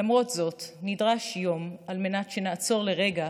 למרות זאת, נדרש יום על מנת שנעצור לרגע